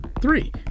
Three